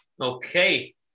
okay